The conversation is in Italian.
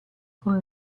con